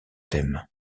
thème